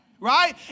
right